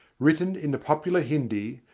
written in the popular hindi,